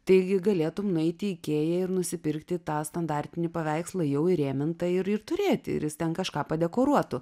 taigi galėtum nueiti į ikea ir nusipirkti tą standartinį paveikslą jau įrėmintą ir ir turėti ir jis ten kažką padekoruotų